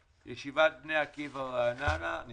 48 (ישיבת בני עקיבא רעננה) אין אישור ניהול תקין.